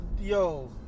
yo